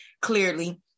clearly